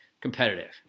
competitive